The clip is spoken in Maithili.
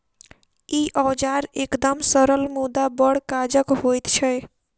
ई औजार एकदम सरल मुदा बड़ काजक होइत छै